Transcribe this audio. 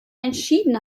entschieden